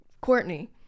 Courtney